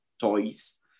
toys